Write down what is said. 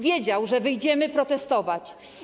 Wiedział, że wyjdziemy protestować.